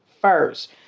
First